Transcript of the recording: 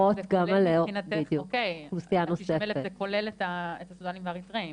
--- אוקיי, זה כולל את הסודנים והאריתראים?